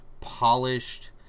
polished